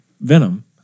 Venom